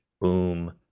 boom